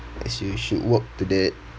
as you should work to that